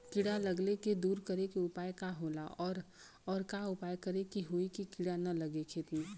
कीड़ा लगले के दूर करे के उपाय का होला और और का उपाय करें कि होयी की कीड़ा न लगे खेत मे?